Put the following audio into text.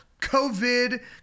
COVID